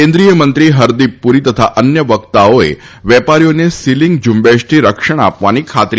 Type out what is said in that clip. કેન્દ્રિય મંત્રી હરદીપ પુરી તથા અન્ય વક્તાઓએ વેપારીઓને સિલીંગ ઝુંબેશથી રક્ષણ આપવાની ખાતરી આપી હતી